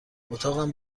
اتاقم